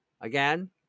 again